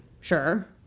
sure